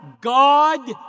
God